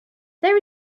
there